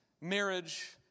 marriage